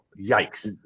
Yikes